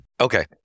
Okay